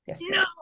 No